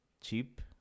cheap